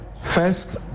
first